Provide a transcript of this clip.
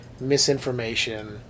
misinformation